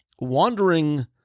wandering